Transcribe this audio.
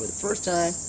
first time,